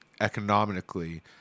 economically